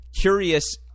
Curious